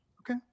Okay